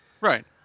Right